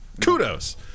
kudos